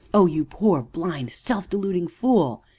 oh! you poor, blind, self-deluding fool!